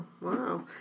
Wow